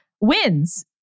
wins